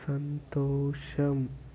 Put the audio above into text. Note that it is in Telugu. సంతోషం